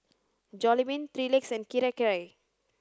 Jollibean Three Legs Kirei Kirei